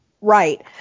right